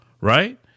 Right